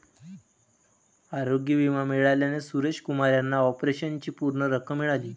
आरोग्य विमा मिळाल्याने सुरेश कुमार यांना ऑपरेशनची पूर्ण रक्कम मिळाली